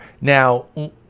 Now